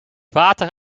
water